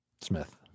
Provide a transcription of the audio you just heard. Smith